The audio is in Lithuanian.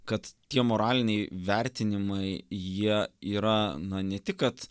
kad tie moraliniai vertinimai jie yra na ne tik kad